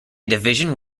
division